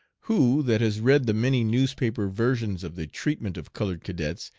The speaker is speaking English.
who that has read the many newspaper versions of the treatment of colored cadets,